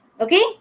okay